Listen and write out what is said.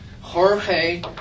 Jorge